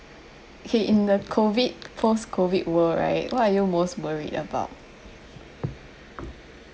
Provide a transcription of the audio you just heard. okay in the COVID post COVID world right what are you most worried about